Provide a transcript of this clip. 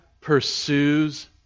pursues